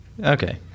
Okay